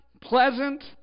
pleasant